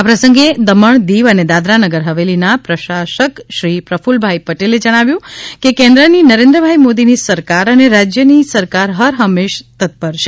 આ પ્રસંગે દમણદીવ અને દાદરાનગર હવેલીના પ્રશાસકશ્રી પ્રફ્લભાઇ પટેલ જણાવ્યું હતું કે કેન્દ્રની નરેન્દ્રભાઇ મોદીની સરકાર અને રાજ્યની આ સરકાર હરહંમેશા તત્પર છે